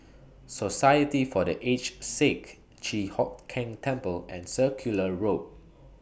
Society For The Aged Sick Chi Hock Keng Temple and Circular Road